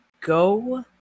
go